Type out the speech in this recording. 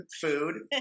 Food